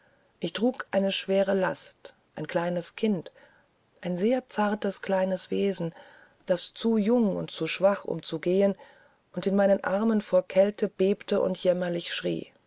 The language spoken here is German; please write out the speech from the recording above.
ich trug eine schwere last ein kleines kind ein sehr zartes kleines wesen das zu jung und zu schwach um zu gehen und in meinen armen vor kälte bebte und jämmerlich schrie